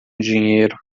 dinheiro